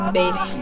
base